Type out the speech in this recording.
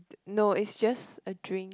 no is just a drink